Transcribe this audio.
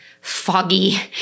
foggy